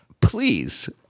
Please